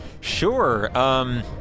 Sure